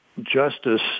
justice